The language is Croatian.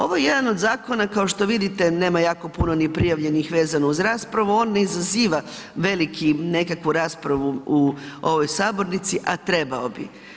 Ovo je jedan od zakon kao što vidite, nema jako puno ni prijavljenih vezano uz raspravu, on ne izaziva veliku nekakvu raspravu u ovoj sabornici a trebao bi.